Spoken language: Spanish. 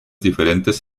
diferentes